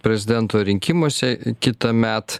prezidento rinkimuose kitąmet